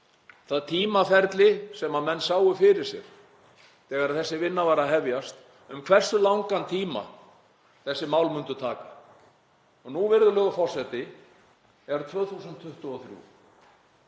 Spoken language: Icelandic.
það tímaferli sem menn sáu fyrir sér þegar vinnan var að hefjast um hversu langan tíma þessi mál myndu taka. Og nú, virðulegur forseti, er árið